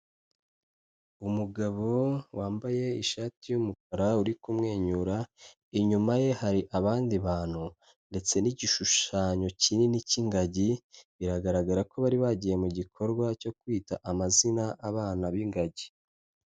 Umugabo wambaye ishati y'umukara uri kumwenyura, inyuma ye hari abandi bantu ndetse n'igishushanyo kinini cy'ingagi, biragaragara ko bari bagiye mu gikorwa cyo kwita amazina abana b'ingagi.